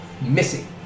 missing